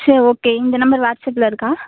சரி ஓகே இந்த நம்பர் வாட்ஸ்அப்பில் இருக்கா